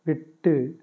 விட்டு